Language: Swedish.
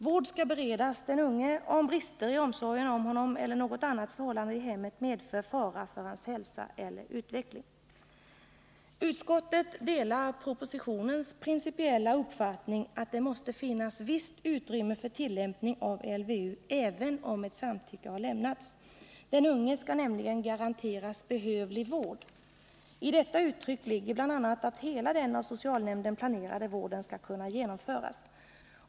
Vård skall beredas den unge om brister i omsorgen om honom eller något annat förhållande i hemmet medför fara för hans hälsa eller utveckling. Utskottet delar propositionens principella uppfattning att det måste finnas visst utrymme för tillämpning av LVU även om samtycke lämnats. Den unge skall nämligen garanteras ”behövlig vård”. I detta uttryck ligger bl.a. att hela den av socialnämnden planerade vården skall kunna genomföras.